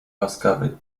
łaskawy